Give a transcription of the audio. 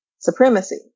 supremacy